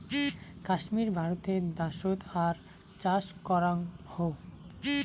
কাশ্মীর ভারতে দ্যাশোত আর চাষ করাং হউ